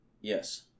Yes